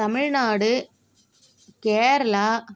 Tamil Nadu Kerala